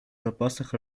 запасах